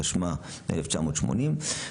התשמ"א 1980,